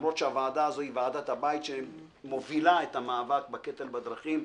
למרות שהוועדה הזאת היא ועדת הבית שמובילה את המאבק בקטל בדרכים.